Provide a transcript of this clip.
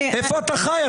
איפה אתה חי?